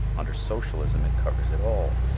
under socialism it covers it all.